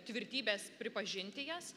tvirtybės pripažinti jas